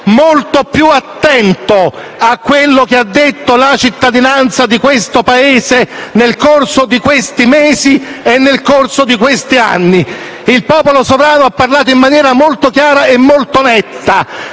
molto più attento a quello che ha detto la cittadinanza di questo Paese nel corso di questi mesi e di questi anni. Il popolo sovrano ha parlato in maniera molto chiara e molto netta.